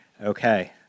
Okay